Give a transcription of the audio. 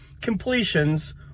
completions